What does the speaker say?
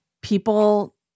people